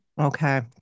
Okay